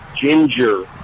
ginger